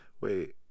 Wait